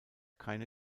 keine